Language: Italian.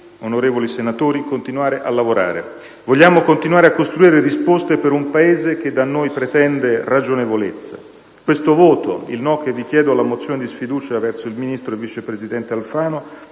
onorevoli senatori, continuare a lavorare: vogliamo continuare a costruire risposte per un Paese che da noi pretende ragionevolezza. Questo voto, il no che vi chiedo alla mozione di sfiducia verso il ministro e vice presidente del